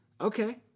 okay